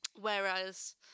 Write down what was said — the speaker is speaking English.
Whereas